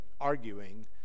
arguing